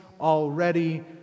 already